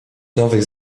nowych